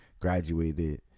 graduated